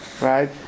right